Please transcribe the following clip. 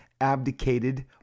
abdicated